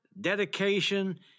dedication